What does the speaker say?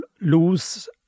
lose